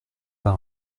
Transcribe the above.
pas